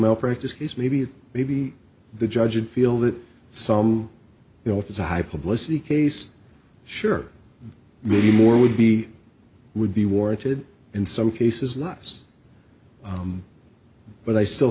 malpractise case maybe that maybe the judge would feel that some you know if it's a high publicity case sure maybe more would be would be warranted in some cases less but i still